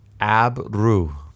Abru